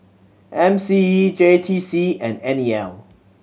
M C E J T C and N E L